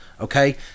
okay